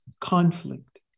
conflict